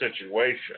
situation